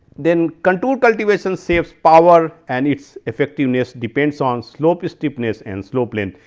then contour cultivation saves power and its effectiveness depends on slope steepness and slope length.